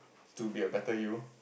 to be a better you